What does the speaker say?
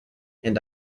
and